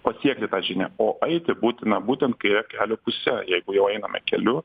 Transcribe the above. pasiekti tą žinią o eiti būtina būtent kaire kelio puse jeigu jau einame keliu